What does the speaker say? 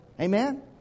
Amen